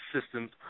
systems